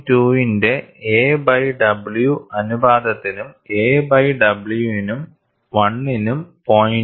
2 ന്റെ a by w അനുപാതത്തിനും a by w നും 1നും 0